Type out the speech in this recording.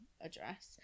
address